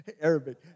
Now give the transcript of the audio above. Arabic